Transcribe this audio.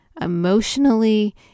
emotionally